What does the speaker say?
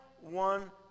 one